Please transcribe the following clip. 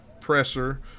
presser